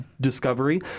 Discovery